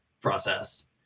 process